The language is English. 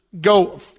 go